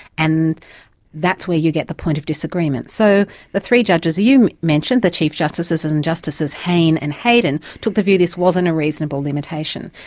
and that's where you get the point of disagreement. so the three judges you mentioned, the chief justice and and justices hayne and heydon, took the view this wasn't a reasonable limitation.